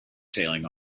sailing